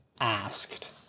asked